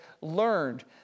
learned